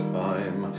time